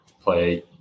play